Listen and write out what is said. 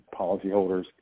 policyholders